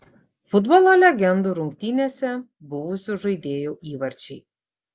futbolo legendų rungtynėse buvusių žaidėjų įvarčiai